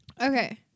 Okay